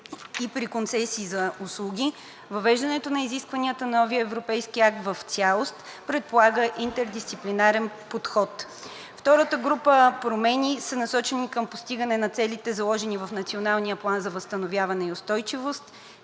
и при концесии за услуги, въвеждането на изискванията на новия европейски акт в цялост предполага интердисциплинарен подход. Втората група промени са насочени към постигане на целите, заложени в Националния план за възстановяване и устойчивост.